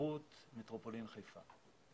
שבהתפתחות מטרופולין חיפה.